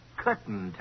curtain